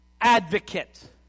advocate